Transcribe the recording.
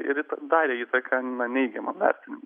ir darė įtaką na neigiamam vertinimui